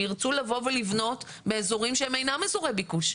ירצו לבוא ולבנות באזורים שהם אינם אזורי ביקוש.